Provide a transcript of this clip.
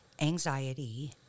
anxiety